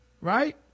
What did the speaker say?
right